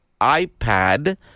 iPad